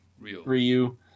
Ryu